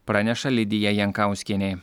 praneša lidija jankauskienė